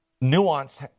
nuance